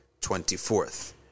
24th